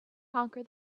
conquer